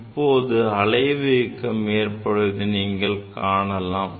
இப்போது அலைவு இயக்கம் ஏற்படுவதை நீங்கள் காண முடியும்